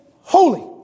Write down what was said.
holy